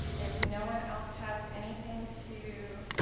if no one else has anything to